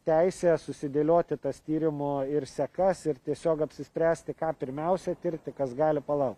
teisė susidėlioti tas tyrimo ir sekas ir tiesiog apsispręsti ką pirmiausia tirti kas gali palaukt